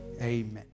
Amen